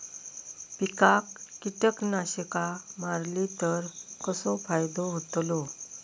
पिकांक कीटकनाशका मारली तर कसो फायदो होतलो?